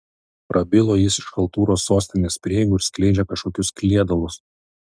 prabilo jis iš chaltūros sostinės prieigų ir skleidžia kažkokius kliedalus